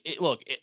Look